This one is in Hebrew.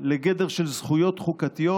לגדר של זכויות חוקתיות.